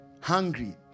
Hungry